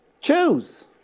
Choose